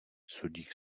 sodík